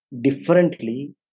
differently